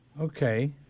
Okay